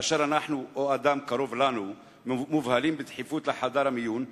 כאשר אנחנו או אדם הקרוב לנו מובהלים בדחיפות לחדר המיון,